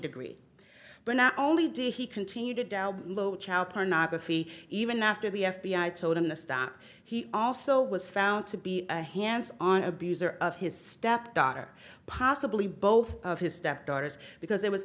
degree but not only did he continue down low child pornography even after the f b i told him the stop he also was found to be a hands on abuser of his stepdaughter possibly both of his step daughters because there was